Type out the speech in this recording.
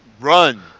run